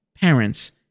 parents